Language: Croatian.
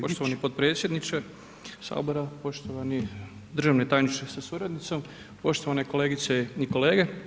Poštovani potpredsjedniče Sabora, poštovani državni tajniče sa suradnicom, poštovane kolegice i kolege.